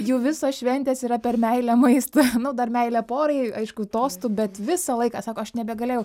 jų visos šventės yra per meilę maistui nu dar meilę porai aišku tostų bet visą laiką sako aš nebegalėjau